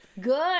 Good